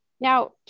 Now